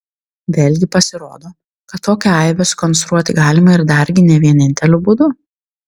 vėlgi pasirodo kad tokią aibę sukonstruoti galima ir dargi ne vieninteliu būdu